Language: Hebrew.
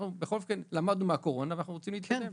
למדנו מהקורונה ואנחנו רוצים להתקדם.